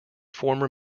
former